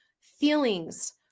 feelings